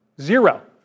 zero